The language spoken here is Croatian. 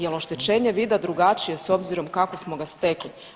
Jel oštećenje vida drugačije s obzirom kako smo ga stekli?